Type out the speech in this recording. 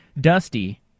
Dusty